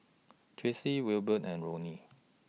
Tracie Wilbert and Lonnie